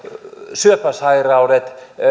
syöpäsairaudet